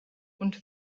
und